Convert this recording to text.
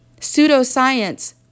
pseudoscience